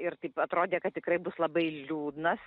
ir taip atrodė kad tikrai bus labai liūdnas